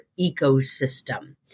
ecosystem